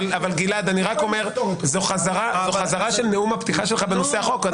אבל זו חזרה של נאום הפתיחה שלך בנושא החוק.